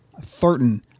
Thurton